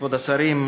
כבוד השרים,